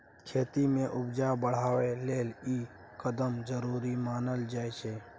खेती में उपजा बढ़ाबइ लेल ई कदम जरूरी मानल जाइ छै